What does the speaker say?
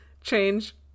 change